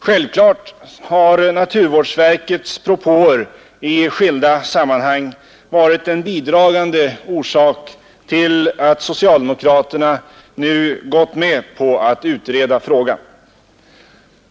Självklart har naturvårdsverkets propåer i skilda sammanhang varit en bidragande orsak till att socialdemokraterna nu gått med på att utreda frågan.